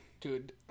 Dude